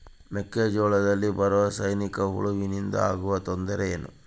ಮೆಕ್ಕೆಜೋಳದಲ್ಲಿ ಬರುವ ಸೈನಿಕಹುಳುವಿನಿಂದ ಆಗುವ ತೊಂದರೆ ಏನು?